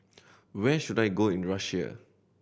where should I go in Russia